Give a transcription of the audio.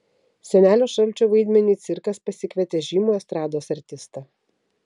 senelio šalčio vaidmeniui cirkas pasikvietė žymų estrados artistą